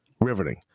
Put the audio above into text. Riveting